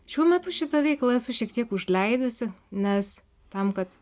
šiuo metu šitą veiklą esu šiek tiek užleidusi nes tam kad